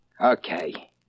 Okay